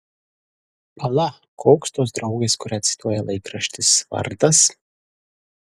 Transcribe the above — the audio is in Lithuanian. pala koks tos draugės kurią cituoja laikraštis vardas